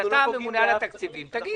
אתה הממונה על התקציבים, תגיד.